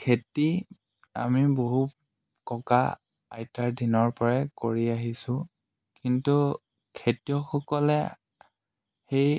খেতি আমি বহু ককা আইতাৰ দিনৰ পৰাই কৰি আহিছোঁ কিন্তু খেতিয়কসকলে সেই